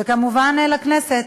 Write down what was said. וכמובן, לכנסת.